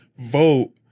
Vote